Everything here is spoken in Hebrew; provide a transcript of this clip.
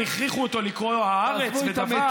כמובן, הם הכריחו אותו לקרוא הארץ ודבר.